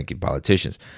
politicians